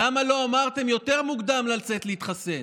למה לא אמרתם יותר מוקדם לצאת להתחסן?